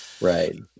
right